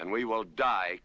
and we will die